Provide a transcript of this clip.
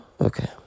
okay